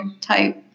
type